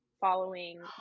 following